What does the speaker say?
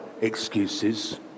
excuses